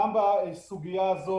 גם את הסוגיה הזאת,